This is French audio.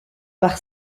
par